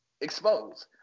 exposed